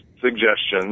suggestions